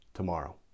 tomorrow